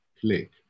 click